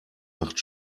macht